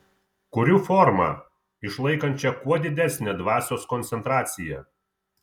kuriu formą išlaikančią kuo didesnę dvasios koncentraciją